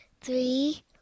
three